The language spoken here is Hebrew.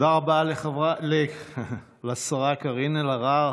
תודה רבה לשרה קארין אלהרר,